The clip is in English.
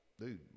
dude